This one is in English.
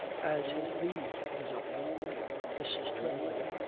as his leave is up mrs. twymley.